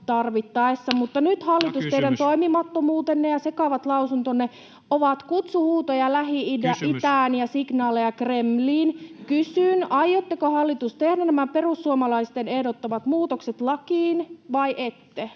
Mutta nyt, hallitus, teidän toimimattomuutenne ja sekavat lausuntonne ovat kutsuhuutoja Lähi-itään [Puhemies: Kysymys!] ja signaaleja Kremliin. Kysyn: aiotteko, hallitus, tehdä nämä perussuomalaisten ehdottamat muutokset lakiin vai ette?